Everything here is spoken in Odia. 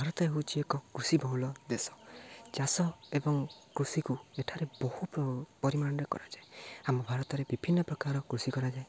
ଭାରତ ହେଉଛି ଏକ କୃଷି ବହୁଳ ଦେଶ ଚାଷ ଏବଂ କୃଷିକୁ ଏଠାରେ ବହୁ ପରିମାଣରେ କରାଯାଏ ଆମ ଭାରତରେ ବିଭିନ୍ନ ପ୍ରକାର କୃଷି କରାଯାଏ